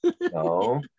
No